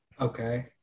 Okay